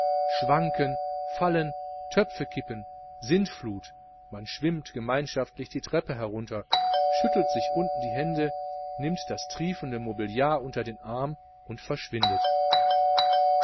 schwanken fallen töpfe kippen sintflut man schwimmt gemeinschaftlich die treppe herunter schüttelt sich unten die hände nimmt das triefende mobiliar unter den arm und verschwindet